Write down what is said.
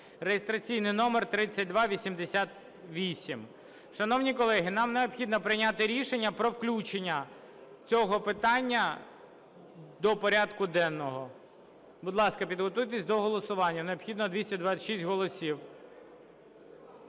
(реєстраційний номер 3288). Шановні колеги, нам необхідно прийняти рішення про включення цього питання до порядку денного. Будь ласка, підготуйтесь до голосування. Необхідно 226 голосів.